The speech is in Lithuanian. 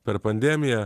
per pandemiją